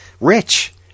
rich